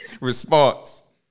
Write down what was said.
response